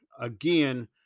again